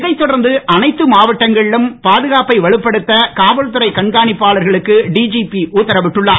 இதைத் தொடர்ந்து அனைத்து மாவட்டங்களிலும் பாதுகாப்பை வலுப்படுத்த காவல்துறை கண்காணிப்பாளர்களுக்கு டிதிபி உத்தரவிட்டுள்ளார்